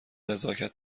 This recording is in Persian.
نزاکت